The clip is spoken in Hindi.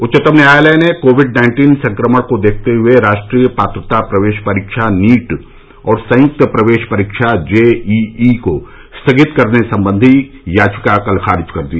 उच्चतम न्यायालय ने कोविड नाइन्टीन संक्रमण को देखते हुए राष्ट्रीय पात्रता प्रवेश परीक्षा नीट और संयुक्त प्रवेश परीक्षा जेईईको स्थगित करने संबंधी याचिका कल खारिज कर दी